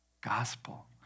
Gospel